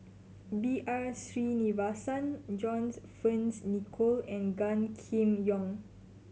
B R Sreenivasan John Fearns Nicoll and Gan Kim Yong